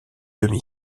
demi